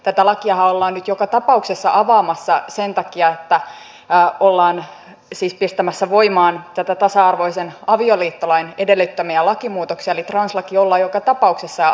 tätä lakiahan ollaan nyt joka tapauksessa avaamassa sen takia että ollaan siis pistämässä voimaan tasa arvoisen avioliittolain edellyttämiä lakimuutoksia eli translaki ollaan joka tapauksessa avaamassa